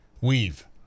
weave